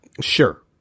Sure